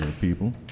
people